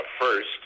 first